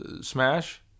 smash